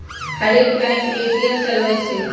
हरेक bank ATM चलबइ छइ